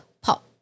pop